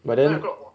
but then